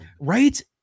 Right